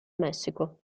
messico